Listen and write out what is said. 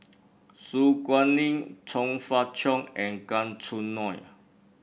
Su Guaning Chong Fah Cheong and Gan Choo Neo